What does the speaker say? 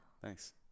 Thanks